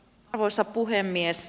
arvoisa puhemies